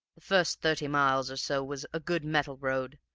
the first thirty miles or so was a good metal road,